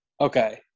Okay